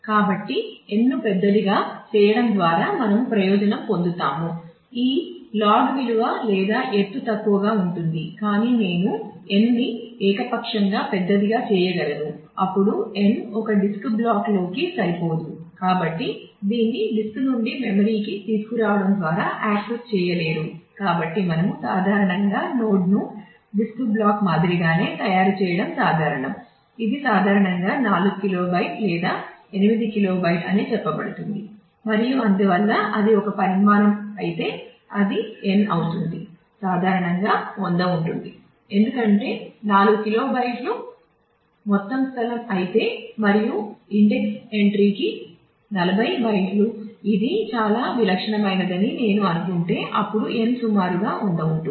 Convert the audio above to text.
కాబట్టి n ను పెద్దదిగా చేయడం ద్వారా మనము ప్రయోజనం పొందుతాము ఈ లాగ్ విలువ లేదా ఎత్తు తక్కువగా ఉంటుంది కాని నేను n ని ఏకపక్షంగా పెద్దదిగా చేయగలను అప్పుడు n ఒక డిస్క్ బ్లాక్ ఇది చాలా విలక్షణమైనదని నేను అనుకుంటే అప్పుడు n సుమారుగా 100 ఉంటుంది